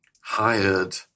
Hired